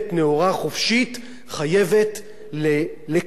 חייבת לקיים תקשורת חופשית.